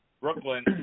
Brooklyn